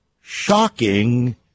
shocking